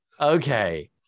Okay